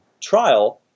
trial